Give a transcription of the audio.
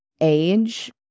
age